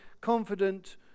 confident